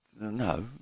No